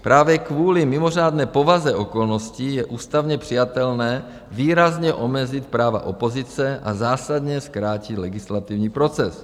Právě kvůli mimořádné povaze okolností je ústavně přijatelné výrazně omezit práva opozice a zásadně zkrátit legislativní proces.